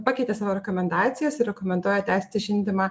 pakeitė savo rekomendacijas ir rekomenduoja tęsti žindymą